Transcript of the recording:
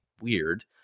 weird